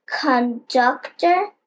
conductor